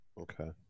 Okay